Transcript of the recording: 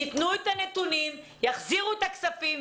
ייתנו את הנתונים ויחזירו את הכספים.